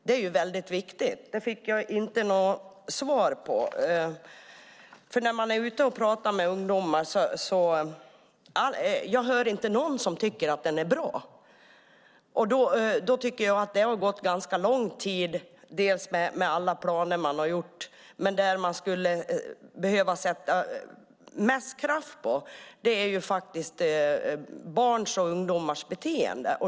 Det är mycket viktigt. Det fick jag inget svar på. När jag är ute och pratar med ungdomar hör jag inte någon som tycker att den är bra. Det har gått ganska lång tid med alla planer som tagits fram, men man skulle behöva lägga mest kraft på barns och ungdomars beteende.